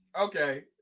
okay